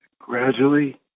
gradually